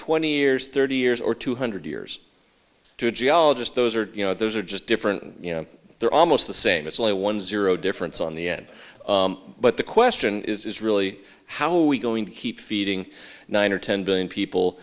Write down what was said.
twenty years thirty years or two hundred years to a geologist those are you know those are just different you know they're almost the same it's only one zero difference on the end but the question is really how are we going to keep feeding nine or ten billion people